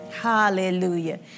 Hallelujah